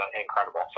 incredible